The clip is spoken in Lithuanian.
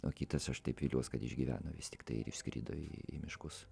o kitas aš taip viliuosi kad išgyveno vis tiktai ir išskrido į miškus